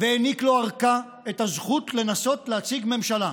והוענקה לו ארכה, את הזכות לנסות להציג ממשלה,